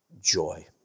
joy